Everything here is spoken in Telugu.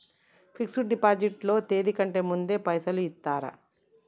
ఫిక్స్ డ్ డిపాజిట్ లో తేది కంటే ముందే పైసలు ఇత్తరా?